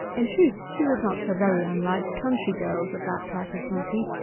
in truth she was not so very unlike country girls of that type of beauty,